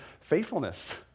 faithfulness